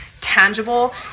Tangible